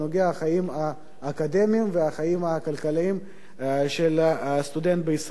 לחיים האקדמיים והחיים הכלכליים של הסטודנט בישראל.